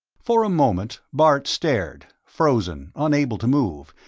for a moment bart stared, frozen, unable to move,